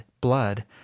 blood